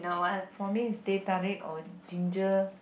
for me is teh-tarik or ginger